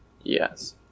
Yes